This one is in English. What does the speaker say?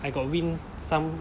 I got win some